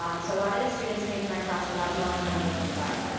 um so lot of these students came to my class without knowing how to multiply.